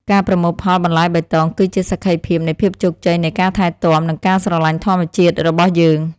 ការប្រមូលផលបន្លែបៃតងគឺជាសក្ខីភាពនៃភាពជោគជ័យនៃការថែទាំ និងការស្រឡាញ់ធម្មជាតិរបស់យើង។